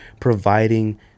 providing